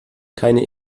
keine